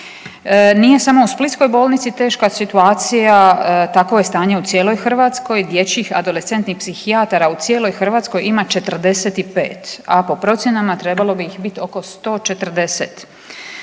Nije samo u splitskoj bolnici teška situacija, takvo je stanje u cijeloj Hrvatskoj, dječjih adolescentnih psihijatara u cijeloj Hrvatskoj ima 45, a po procjenama trebalo bi ih biti oko 140.